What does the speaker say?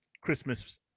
Christmas